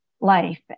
life